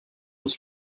was